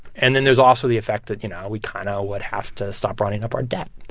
and then there's also the effect that, you know, we kind of would have to stop running up our debt.